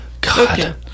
God